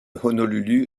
honolulu